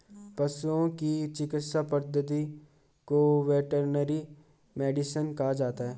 पशुओं की चिकित्सा पद्धति को वेटरनरी मेडिसिन कहा जाता है